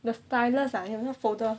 the stylus ah 有没有 folder